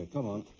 come on.